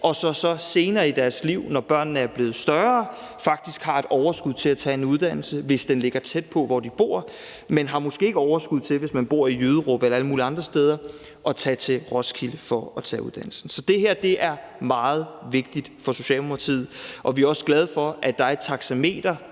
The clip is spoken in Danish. som så senere i deres liv, når børnene er blevet større, faktisk har et overskud til at tage en uddannelse, hvis den ligger tæt på der, hvor de bor. Men hvis man bor i Jyderup eller alle mulige andre steder, har man måske ikke overskud til at tage til Roskilde for at tage uddannelsen. Så det her er meget vigtigt for Socialdemokratiet. Vi er også glade for, at der er et taxameter